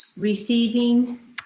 receiving